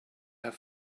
have